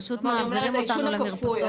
פשוט מעבירים אותנו למרפסות.